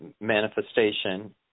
manifestation